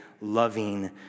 loving